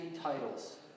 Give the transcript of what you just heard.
titles